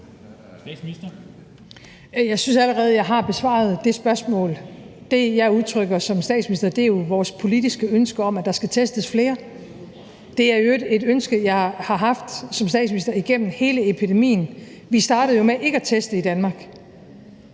Jeg synes allerede, jeg har besvaret det spørgsmål. Det, jeg udtrykker som statsminister, er jo vores politiske ønske om, at der skal testes flere. Det er i øvrigt et ønske, jeg har haft som statsminister igennem hele epidemien. Vi startede jo med ikke at teste i Danmark